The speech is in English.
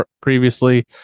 previously